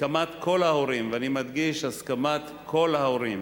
הסכמת כל ההורים, ואני מדגיש: הסכמת כל ההורים